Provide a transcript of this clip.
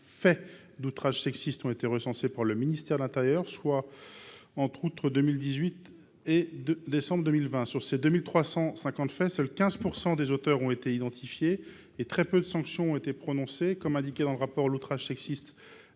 350 faits d’outrage sexiste ont été recensés par le ministère de l’intérieur entre août 2018 et décembre 2020, mais seulement 15 % des auteurs ont été identifiés et très peu de sanctions ont été prononcées. Comme il est indiqué dans le rapport, l’outrage sexiste